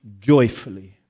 joyfully